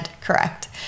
correct